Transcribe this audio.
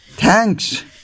Thanks